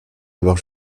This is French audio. d’abord